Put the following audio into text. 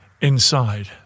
inside